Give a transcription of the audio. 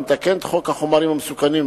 המתקן את חוק החומרים המסוכנים,